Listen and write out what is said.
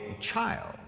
child